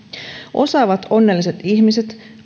osaavat onnelliset ihmiset